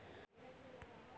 Insurance मे कौची माँग हको?